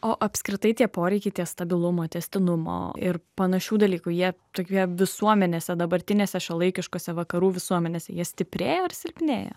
o apskritai tie poreikiai tie stabilumo tęstinumo ir panašių dalykų jie tokie visuomenėse dabartinėse šiuolaikiškose vakarų visuomenėse jie stiprėja ar silpnėja